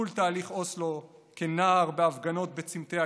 מול תהליך אוסלו כנער בהפגנות בצומתי